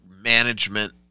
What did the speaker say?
management